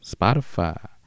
spotify